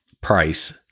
price